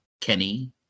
Kenny